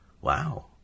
Wow